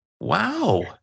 Wow